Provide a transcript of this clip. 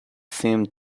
seemed